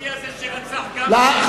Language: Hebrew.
הרוסי הזה שרצח, גם הוא מחבל.